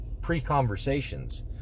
pre-conversations